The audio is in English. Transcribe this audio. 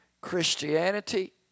Christianity